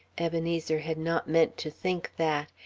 ebenezer had not meant to think that.